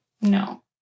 No